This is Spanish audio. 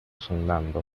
sondando